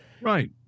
Right